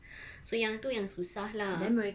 so yang tu yang susah lah